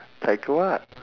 quite cool lah